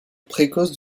précoce